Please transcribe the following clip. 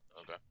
Okay